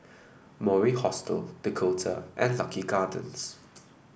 Mori Hostel Dakota and Lucky Gardens